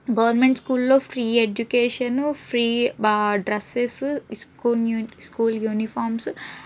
government స్కూలలో free education free బా dresses స్కూ స్కూల్ యూనిఫామ్సు